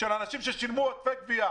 של אנשים ששילמו עודפי גבייה.